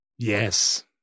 Yes